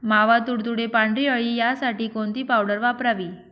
मावा, तुडतुडे, पांढरी अळी यासाठी कोणती पावडर वापरावी?